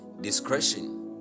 discretion